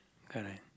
correct